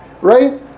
Right